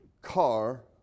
car